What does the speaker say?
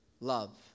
love